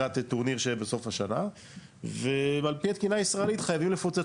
טורניר שיהיה בסוף השנה ועל פי התקינה הישראלית חייבים לפוצץ